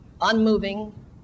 unmoving